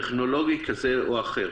טכנולוגי כזה או אחר,